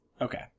Okay